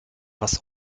was